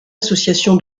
association